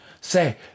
say